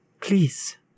Please